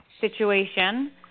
situation